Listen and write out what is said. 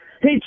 Hey